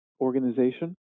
organization